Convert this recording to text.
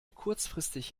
kurzfristig